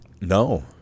No